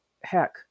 heck